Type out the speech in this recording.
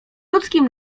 ludzkim